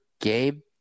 game